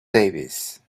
davis